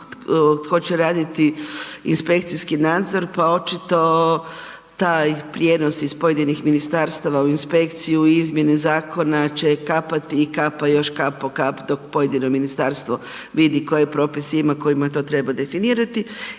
tko će raditi inspekcijski nadzor pa očito taj prijenos iz pojedinih ministarstava u inspekciju i izmjene zakona će kapati i kapaju još kap po kap dok pojedino ministarstvo vidi koje propise ima kojima to treba definirati.